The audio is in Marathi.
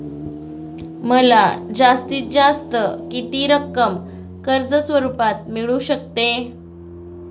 मला जास्तीत जास्त किती रक्कम कर्ज स्वरूपात मिळू शकते?